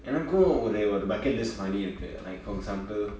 எனக்கும் ஒறு ஒறு:enakkum oru oru bucket list மாதிரி இருக்கு:maathiri irukku like for example